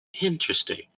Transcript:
Interesting